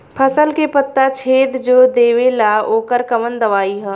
फसल के पत्ता छेद जो देवेला ओकर कवन दवाई ह?